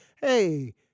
hey